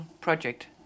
project